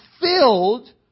filled